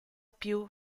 più